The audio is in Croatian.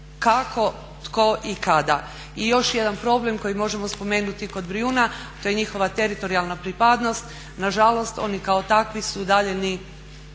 kako, tko i kada. I još jedan problem koji možemo spomenuti kod Brijuna to je njihova teritorijalna pripadnost. Na žalost oni kao takvi su udaljeni